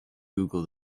google